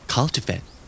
Cultivate